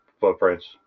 footprints